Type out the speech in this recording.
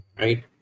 right